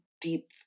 deep